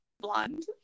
Blonde